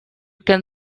can